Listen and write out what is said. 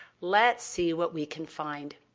let's see what we can find.